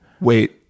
wait